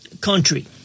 country